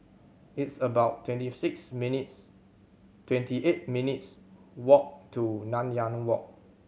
it's about twenty six minutes twenty eight minutes' walk to Nanyang Walk